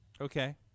Okay